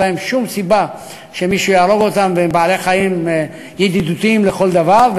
שום סיבה שמישהו יהרוג אותם והם בעלי-חיים ידידותיים לכל דבר.